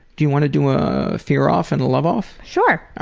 do you want to do a fear-off and a love-off? sure.